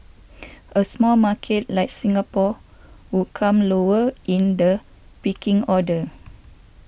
a small market like Singapore would come lower in the pecking order